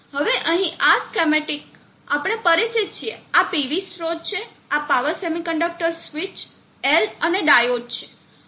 હવે અહીં આ સ્કેમેટીક આપણે પરિચિત છીએ આ PV સ્રોત છે આ પાવર સેમિકન્ડક્ટર સ્વીચ L અને ડાયોડ છે